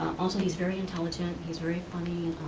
also, he's very intelligent, he's very funny.